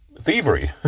thievery